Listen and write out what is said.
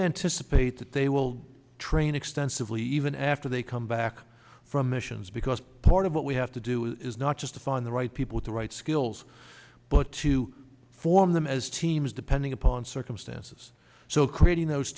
anticipate that they will train extensively even after they come back from missions because part of what we have to do is not just to find the right people at the right skills but to form them as teams depending upon circumstances so creating those